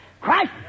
Christ